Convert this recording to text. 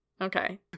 Okay